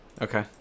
okay